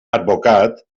advocat